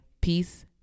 Peace